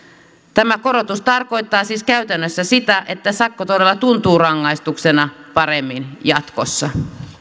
tämä korotus tarkoittaa siis käytännössä sitä että sakko todella tuntuu rangaistuksena paremmin jatkossa